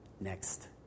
next